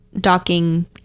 docking